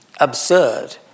absurd